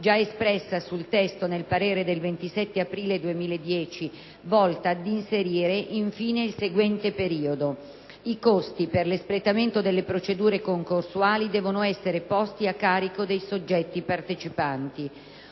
già espressa sul testo nel parere del 27 aprile 2010, volta ad inserire in fine il seguente periodo: "I costi per l'espletamento delle procedure concorsuali devono essere posti a carico dei soggetti partecipanti".